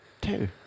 Two